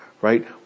right